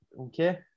Okay